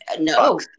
no